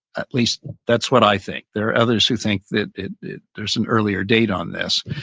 at least that's what i think, there are others who think that there's an earlier date on this,